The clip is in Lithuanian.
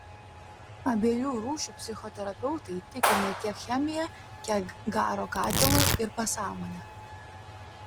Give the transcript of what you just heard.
abiejų rūšių psichoterapeutai tiki ne tiek chemija kiek garo katilu ir pasąmone